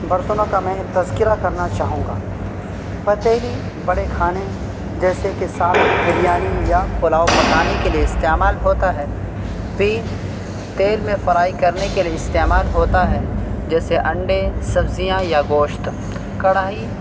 برتنوں کا میں تذکرہ کرنا چاہوں گا پتیلی بڑے کھانے جیسے کہ سالن بریانی یا پلاؤ پکانے کے لیے استعمال ہوتا ہے پین تیل میں فرائی کرنے کے لیے استعمال ہوتا ہے جیسے انڈے سبزیاں یا گوشت کڑھائی